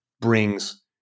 brings